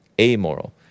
Amoral